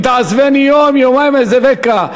אם תעזבני יום, יומיים אעזבך.